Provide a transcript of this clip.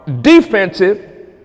defensive